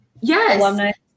Yes